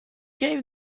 gave